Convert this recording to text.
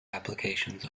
applications